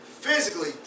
physically